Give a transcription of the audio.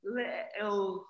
little